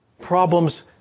Problems